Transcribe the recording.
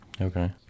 Okay